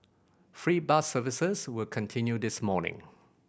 free bus services will continue this morning